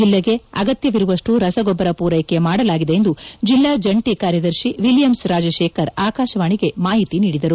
ಜಿಲ್ಲೆಗೆ ಅಗತ್ಯವಿರುವಷ್ಟು ರಸಗೊಬ್ಬರ ಪೂರೈಕೆ ಮಾಡಲಾಗಿದೆ ಎಂದು ಜಿಲ್ಲಾ ಜಂಟಿ ಕೃಷಿ ನಿರ್ದೇಶಕ ವಿಲಿಯಮ್ಸ್ ರಾಜಶೇಖರ ಆಕಾಶವಾಣಿಗೆ ಮಾಹಿತಿ ನೀದಿದರು